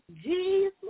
Jesus